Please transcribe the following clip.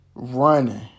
running